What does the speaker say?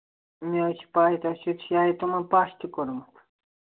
مےٚ حظ چھِ پےَ تۄہہِ چھُو شایِد تِمن پَش تہِ کوٚرمُت